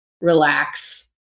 relax